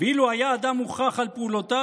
"ואילו היה האדם מוכרח על פעולותיו,